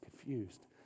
confused